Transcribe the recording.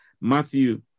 Matthew